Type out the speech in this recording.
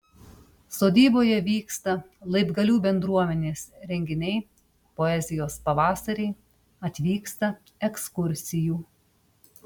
sodyboje vyksta laibgalių bendruomenės renginiai poezijos pavasariai atvyksta ekskursijų